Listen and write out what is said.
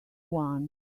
one